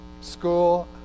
school